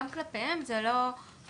גם כלפיהם זה לא חובה.